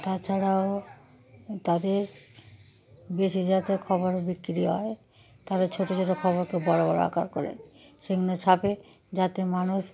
তাছাড়াও তাদের বেশি যাতে খবর বিক্রি হয় তারা ছোট ছোট খবরকে বড় বড় আকার করে সেগুলো ছাপে যাতে মানুষ